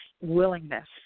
Willingness